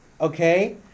Okay